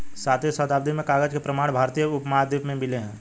सातवीं शताब्दी में कागज के प्रमाण भारतीय उपमहाद्वीप में मिले हैं